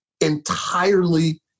entirely